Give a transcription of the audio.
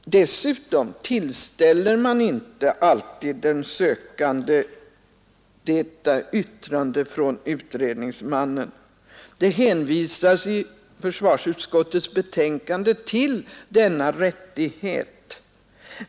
Dessutom tillställs den sökande inte alltid utredningsmannens yttrande. Försvarsutskottet hänvisar i sitt betänkande till denna rättighet.